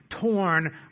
torn